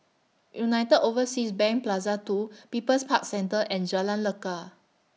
United Overseas Bank Plaza two People's Park Centre and Jalan Lekar